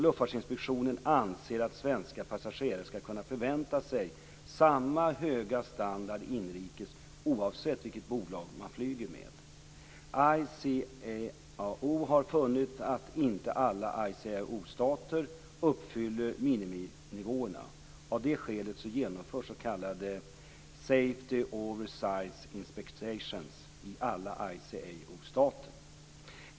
Luftfartsinspektionen anser att svenska passagerare skall kunna förvänta sig samma höga standard inrikes, oavsett vilket bolag man flyger med. ICAO har funnit att inte alla ICAO-stater uppfyller miniminivåerna. Av det skälet genomförs s.k. safety oversights inspections i alla ICAO-stater.